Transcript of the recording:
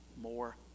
more